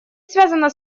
связано